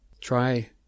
try